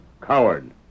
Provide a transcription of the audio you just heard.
coward